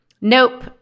nope